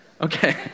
Okay